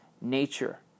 Nature